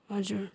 हजुर